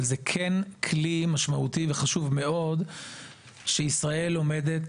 אבל זה כן כלי משמעותי וחשוב מאוד שישראל עומדת